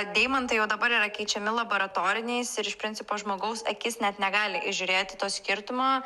deimantai jau dabar yra keičiami laboratoriniais ir iš principo žmogaus akis net negali įžiūrėti to skirtumo